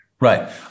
Right